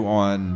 on